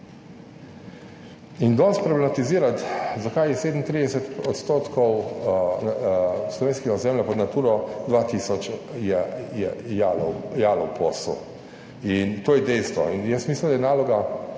In danes problematizirati, zakaj je 37 % slovenskega ozemlja pod Naturo 2000 je jalov posel. In to je dejstvo. In jaz mislim, da je naloga,